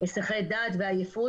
הסחי דעת ועייפות,